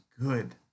good